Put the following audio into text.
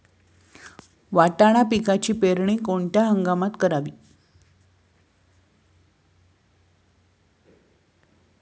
वाटाणा पिकाची पेरणी कोणत्या हंगामात करावी?